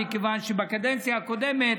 מכיוון שבקדנציה הקודמת